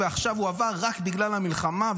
ועכשיו הוא עבר רק בגלל המלחמה.